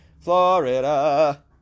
Florida